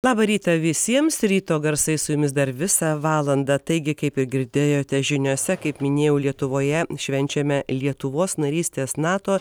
labą rytą visiems ryto garsai su jumis dar visą valandą taigi kaip ir girdėjote žiniose kaip minėjau lietuvoje švenčiame lietuvos narystės nato